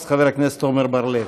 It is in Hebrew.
אז חבר הכנסת עמר בר-לב.